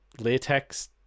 latex